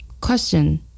Question